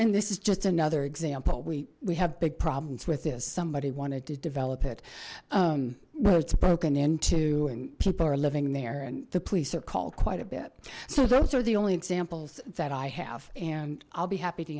and this is just another example we we have big problems with this somebody wanted to develop it well it's broken into and people are living there and the police are called quite a bit so those are the only examples that i have and i'll be happy to